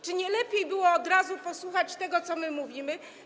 Czy nie lepiej było od razu posłuchać tego, co my mówimy?